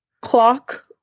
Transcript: clock